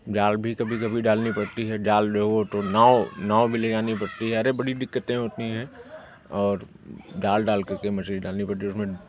जाल भी कभी कभी डालनी पड़ती हैं जाल न हो तो नाव नाव भी ले जानी पड़ती है अरे बड़ी दिक्कतें होती हैं और डाल डाल करके मछली डालनी पड़ती है उसमें